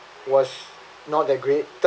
was not that great